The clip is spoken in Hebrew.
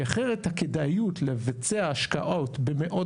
כי אחרת הכדאיות לבצע השקעות במאות